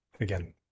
again